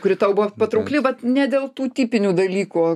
kuri tau buvo patraukli vat ne dėl tų tipinių dalykų